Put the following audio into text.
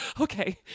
okay